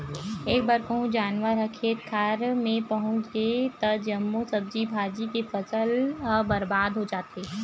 एक बार कहूँ जानवर ह खेत खार मे पहुच गे त जम्मो सब्जी भाजी के फसल ह बरबाद हो जाथे